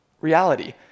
reality